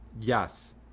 yes